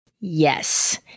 Yes